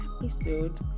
episode